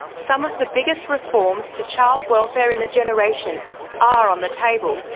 some of the biggest reforms to child welfare in a generation are on the table,